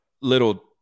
little